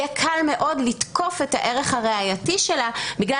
יהיה קל מאוד לתקוף את הערך הראייתי שלה בגלל